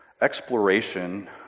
exploration